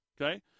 okay